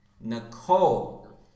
Nicole